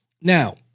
Now –